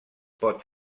pot